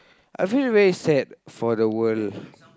I feel very sad for the world